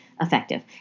effective